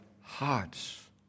hearts